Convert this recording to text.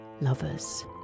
Lovers